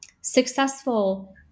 successful